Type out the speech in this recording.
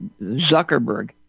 Zuckerberg